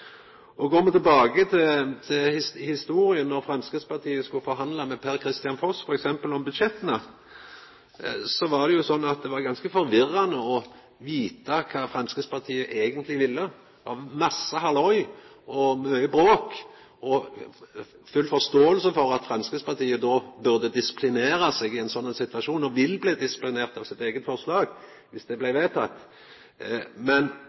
Og går me tilbake til historia då Framstegspartiet skulle forhandla med Per-Kristian Foss t.d. om budsjetta, var det jo ganske forvirrande når det galdt å vita kva Framstegspartiet eigentleg ville. Det var masse halloi og mykje bråk. Eg har full forståing for at Framstegspartiet i ein sånn situasjon burde disiplinera seg og ville bli disiplinert av sitt eige forslag viss det blei vedteke. Men